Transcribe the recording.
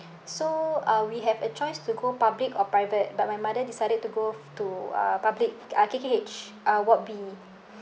so uh we have a choice to go public or private but my mother decided to go to uh public uh K_K_H uh ward B